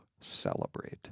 celebrate